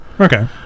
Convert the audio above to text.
Okay